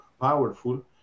powerful